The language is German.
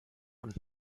und